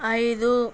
ఐదు